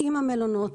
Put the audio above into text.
עם המלונות,